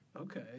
Okay